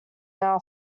now